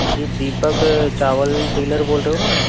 जी Deepak Chawla dealer बोल रहे हो ना